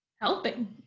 helping